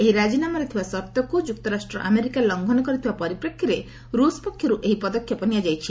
ଏହି ରାଜିନାମାରେ ଥିବା ସର୍ତ୍ତକୁ ଯୁକ୍ତରାଷ୍ଟ୍ର ଆମେରିକା ଲଂଘନ କରିଥିବା ପରିପ୍ରେକ୍ଷୀରେ ରୁଷ୍ ପକ୍ଷରୁ ଏହି ପଦକ୍ଷେପ ନିଆଯାଇଛି